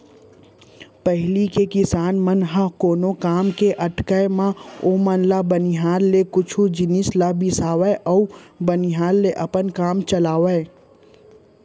पहिली के किसान मन ह कोनो काम के अटके म ओमन बाहिर ले कुछ जिनिस ल बिसावय अउ बाहिर ले अपन काम चलावयँ